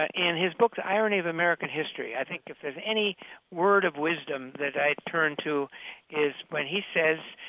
ah in his book the irony of american history, i think if there's any word of wisdom that i'd turn to is but he says,